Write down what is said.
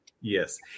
Yes